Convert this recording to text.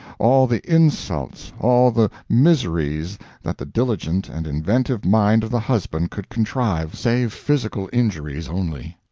all the insults, all the miseries that the diligent and inventive mind of the husband could contrive, save physical injuries only.